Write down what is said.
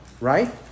right